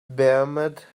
beamed